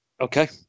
Okay